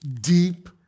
deep